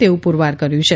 તેવું પુરવાર કર્યું છે